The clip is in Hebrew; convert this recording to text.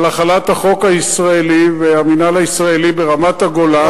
על החלת החוק הישראלי והמינהל הישראלי ברמת-הגולן,